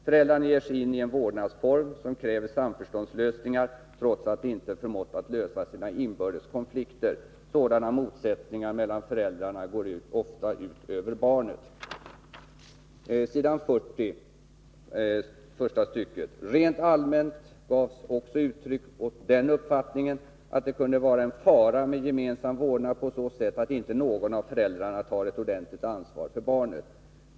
Föräldrarna ger sig in i en vårdnadsform som kräver samförståndslösningar trots att de inte förmått att lösa sina inbördes konflikter. Sådana motsättningar mellan föräldrarna går ofta ut över barnet. ——- Rent allmänt gavs också uttryck åt den uppfattningen att det kunde vara en fara med gemensam vårdnad på så sätt att inte någon av föräldrarna tar ett ordentligt ansvar för barnet.